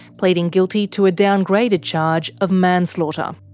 pleading guilty to a downgraded charge of manslaughter.